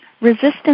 resistance